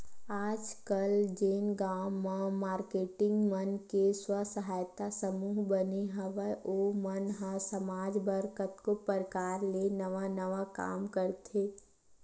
आजकल जेन गांव म मारकेटिंग मन के स्व सहायता समूह बने हवय ओ मन ह समाज बर कतको परकार ले नवा नवा काम करथे